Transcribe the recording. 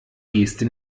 geste